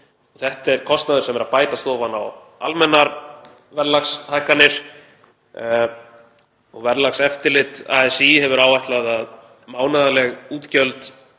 Þetta er kostnaður sem er að bætast ofan á almennar verðlagshækkanir. Verðlagseftirlit ASÍ hefur áætlað að mánaðarleg útgjöld